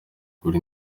kugura